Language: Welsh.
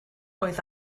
oedd